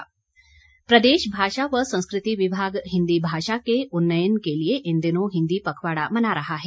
हिन्दी पखवाड़ा प्रदेश भाषा व संस्कृति विभाग हिन्दी भाषा के उन्नयन के लिए इन दिनों हिन्दी पखवाड़ा मना रहा है